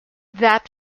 that